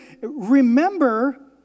remember